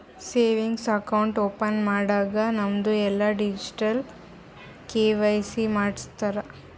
savings account open ಮಾಡಾಗ್ ನಮ್ದು ಎಲ್ಲಾ ಡೀಟೇಲ್ಸ್ ಕೆ.ವೈ.ಸಿ ಮಾಡುಸ್ತಾರ್